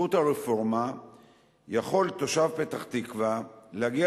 בזכות הרפורמה יכול תושב פתח-תקווה להגיע